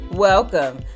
Welcome